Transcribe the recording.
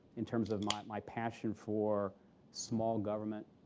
in terms of my my passion for small government,